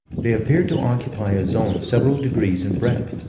they appeared to occupy a zone several degrees in breadth.